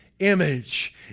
image